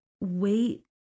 wait